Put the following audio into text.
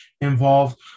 involved